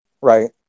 Right